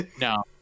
No